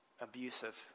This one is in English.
abusive